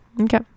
Okay